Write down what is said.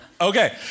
okay